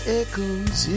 echoes